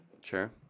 Sure